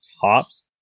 tops